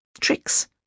tricks